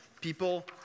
People